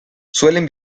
suelen